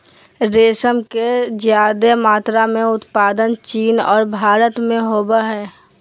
रेशम के ज्यादे मात्रा में उत्पादन चीन और भारत में होबय हइ